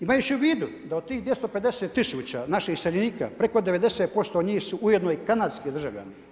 Imajući u vidu da od tih 250000 naših iseljenika, preko 90% od njih su ujedino i kanadski državljani.